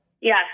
Yes